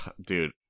dude